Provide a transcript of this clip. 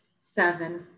seven